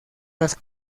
las